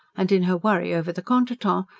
and, in her worry over the contretemps,